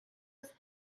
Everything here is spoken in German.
ist